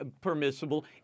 permissible